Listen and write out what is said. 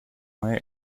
мае